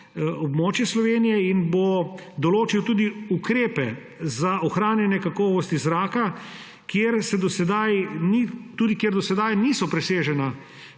območje Slovenije in bo določil tudi ukrepe za ohranjanje kakovosti zraka, tudi kjer do sedaj niso presežena